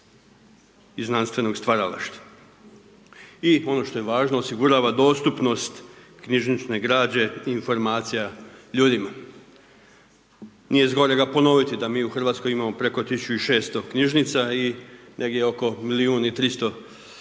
i znanstvenog stvaralaštva i ono što je važno, osigurava dostupnost knjižnične građe informacija ljudima. Nije zgorega ponoviti da mi u Hrvatskoj imamo preko 1600 knjižnica i negdje oko milijun